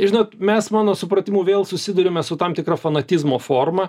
žinot mes mano supratimu vėl susiduriame su tam tikra fanatizmo forma